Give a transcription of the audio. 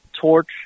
Torch